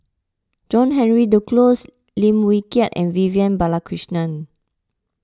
John Henry Duclos Lim Wee Kiak and Vivian Balakrishnan